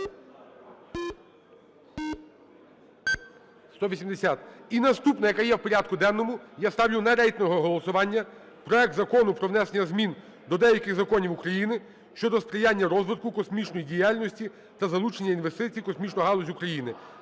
І наступна, яка є в порядку денному. Я ставлю на рейтингове голосування проект Закону про внесення змін до деяких законів України щодо сприяння розвитку космічної діяльності та залучення інвестицій в космічну галузь України